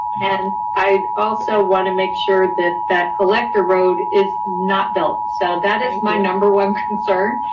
and i also wanna make sure that that collector road is not built, so that is my number one concern.